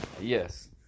yes